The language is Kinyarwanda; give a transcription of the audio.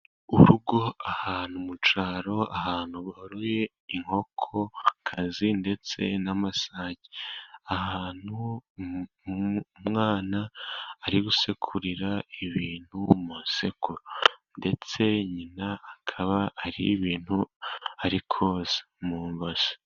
Urugo ahantu mu cyaro, ahantu baroye inkokokazi ndetse n'amasake. Ahantu umwana ari gusekurira ibintu mu isekuro, ndetse nyina akaba hari ibintu arikoza mu ibase.